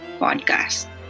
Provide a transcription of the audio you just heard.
podcast